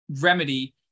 remedy